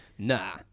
Nah